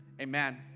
amen